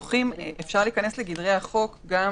אפשר להיכנס לגדרי החוק גם